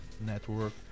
Network